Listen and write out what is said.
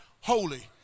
Holy